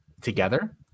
together